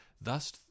Thus